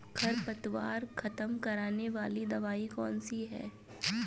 खरपतवार खत्म करने वाली दवाई कौन सी है?